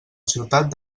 ciutat